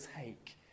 take